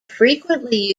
frequently